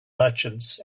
merchants